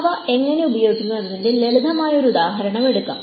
അവ എങ്ങനെ ഉപയോഗിക്കുന്നു എന്നതിന്റെ ലളിതമായ ഒരു ഉദാഹരണം എടുക്കാം